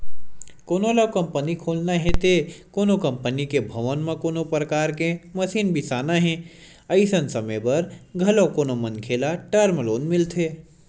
कोनो ल कंपनी खोलना हे ते कोनो कंपनी के भवन म कोनो परकार के मसीन बिसाना हे अइसन समे बर घलो कोनो मनखे ल टर्म लोन मिलथे